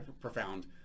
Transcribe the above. profound